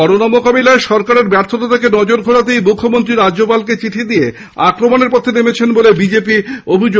corona মোকাবিলায় সরকারের ব্যর্থতা থেকে নজর ঘোরাতেই মুখ্যমন্ত্রী রাজ্যপালকে চিঠি দিয়ে আক্রমণের পথে নেমেছেন বলে বিজেপি অভিযোগ করেছে